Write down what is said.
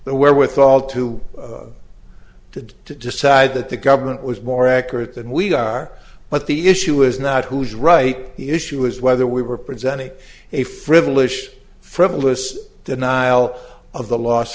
the wherewithal to of did to decide that the government was more accurate than we are but the issue is not who is right the issue is whether we were presenting a frivolous frivolous denial of the l